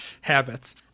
habits